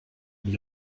die